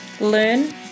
Learn